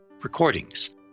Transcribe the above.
recordings